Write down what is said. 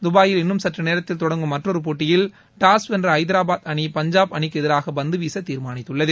தபாயில் இன்னும் சற்று நேரத்தில் தொடங்கும் மற்றொரு போட்டியில் டாஸ் வென்ற ஐதரபாத் அணி பஞ்சாப் அணிக்கு எதிராக பந்துவீச தீர்மானித்துள்ளது